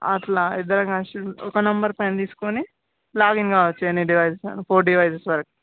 అట్లా ఇద్దరం కలిసి ఒక నంబర్ పైన తీసుకొని లాగిన్ కావచ్చు ఎన్ని డివైజెస్ అయినా ఫోర్ డివైజెస్ వరకు